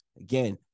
Again